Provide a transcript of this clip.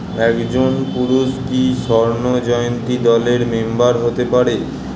একজন পুরুষ কি স্বর্ণ জয়ন্তী দলের মেম্বার হতে পারে?